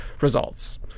results